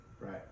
right